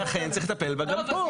לכן צריך לטפל בה גם פה.